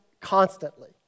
constantly